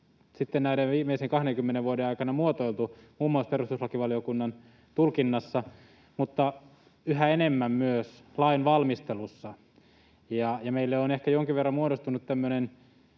sitten näiden viimeisen 20 vuoden aikana muotoiltu muun muassa perustuslakivaliokunnan tulkinnassa, mutta yhä enemmän myös lainvalmistelussa. Meille on ehkä jonkin verran muodostunut tämmöinen